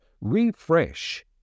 refresh